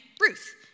Ruth